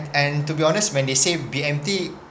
and to be honest when they say B_M_T